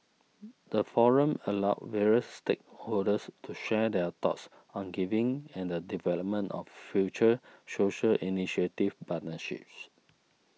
the forum allowed various stakeholders to share their thoughts on giving and the development of future social initiative partnerships